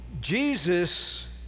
Jesus